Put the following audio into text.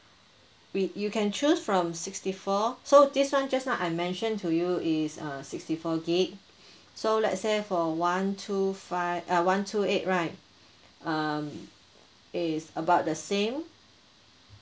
we you can choose from sixty four so this [one] just now I mention to you is err sixty four gig so let's say for one two five uh one two eight right um it is about the same